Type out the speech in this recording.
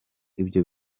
ibyo